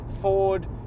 Ford